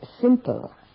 simple